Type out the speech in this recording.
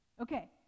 Okay